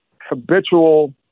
habitual